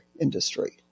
industry